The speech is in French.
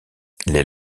les